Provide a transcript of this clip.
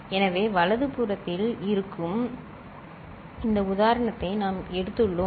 எனவே வலது புறத்தில் இருக்கும் இந்த உதாரணத்தை நாம் எடுத்துள்ளோம்